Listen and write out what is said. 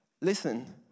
listen